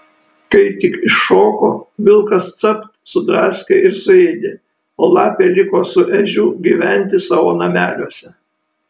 kai tik iššoko vilkas capt sudraskė ir suėdė o lapė liko su ežiu gyventi savo nameliuose